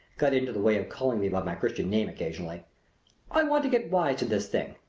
got into the way of calling me by my christian name occasionally i want to get wise to this thing.